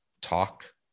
talk